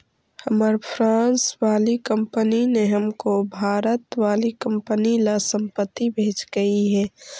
हमार फ्रांस वाली कंपनी ने हमको भारत वाली कंपनी ला संपत्ति भेजकई हे